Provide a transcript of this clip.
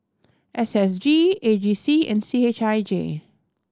S S G A G C and C H I J